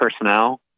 personnel